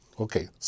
Okay